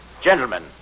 gentlemen